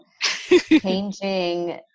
changing